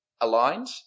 aligned